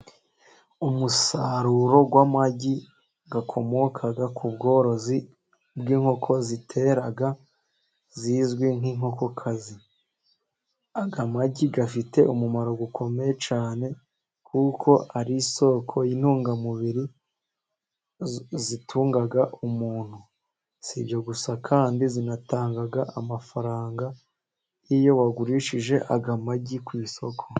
Umusaruro w'amagi akomoka ku bworozi bw'inkoko zitera zizwi nk'inkokokazi. Agamagi afite umumaro ukomeye cyane, kuko ari isoko y'intungamubiri zitungaga umuntu. Si ibyo gusa kandi zinatanga amafaranga iyo bagurishije aya magi ku isoko.